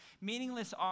Meaningless